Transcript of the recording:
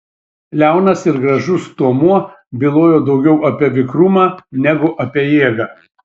liaunas ir gražus stuomuo bylojo daugiau apie vikrumą negu apie jėgą